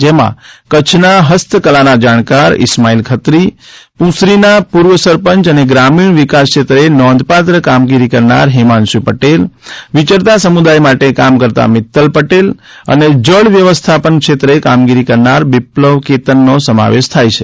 જેમાં કચ્છના હસ્તકલાના જાણકાર ઇસ્માઇલ ખત્રી પુસરીના પૂર્વ સરપંચ અને ગ્રામીણ વિકાસ ક્ષેત્રે નોંધપાત્ર કામગીરી કરનાર હિમાંશું પટેલ વિચરતા સમુદાય માટે કામ કરતાં મિત્તલ પટેલ અને જળ વ્યવસ્થાપન ક્ષેત્રે કામગીરી કરનાર બિપ્લવ કેતનનો સમાવેશ થાય છે